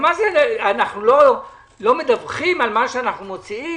אנחנו לא מדווחים על מה שאנחנו מוציאים,